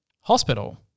hospital